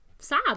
Sad